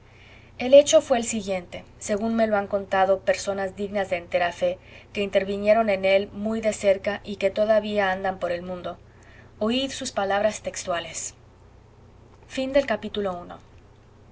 el hecho fué el siguiente según que me lo han contado personas dignas de entera fe que intervinieron en él muy de cerca y que todavía andan por el mundo oíd sus palabras textuales ii